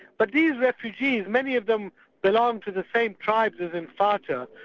but these refugees many of them belonged to the same tribes as and fata,